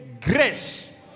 grace